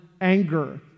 anger